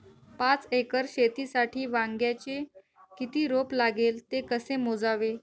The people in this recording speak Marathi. पाच एकर शेतीसाठी वांग्याचे किती रोप लागेल? ते कसे मोजावे?